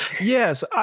Yes